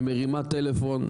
היא מרימה טלפון,